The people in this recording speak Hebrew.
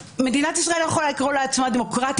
מדינת ישראל לא יכולה לקרוא לעצמה דמוקרטית